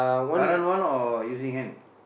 current one or using hand